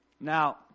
Now